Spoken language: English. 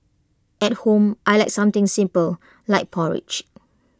at home I Like something simple like porridge